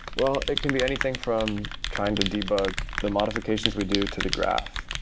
well, it can be anything from trying to debug the modifications we do to the graph,